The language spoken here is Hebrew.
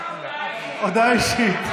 הודעה אישית.